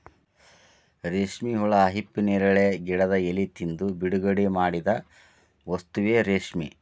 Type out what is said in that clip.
ರೇಶ್ಮೆ ಹುಳಾ ಹಿಪ್ಪುನೇರಳೆ ಗಿಡದ ಎಲಿ ತಿಂದು ಬಿಡುಗಡಿಮಾಡಿದ ವಸ್ತುವೇ ರೇಶ್ಮೆ